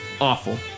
awful